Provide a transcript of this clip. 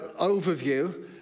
overview